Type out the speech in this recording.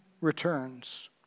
returns